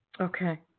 Okay